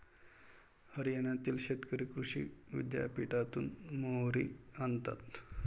हरियाणातील शेतकरी कृषी विद्यापीठातून मोहरी आणतात